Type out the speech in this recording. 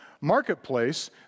marketplace